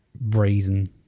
Brazen